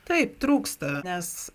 taip trūksta nes